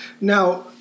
Now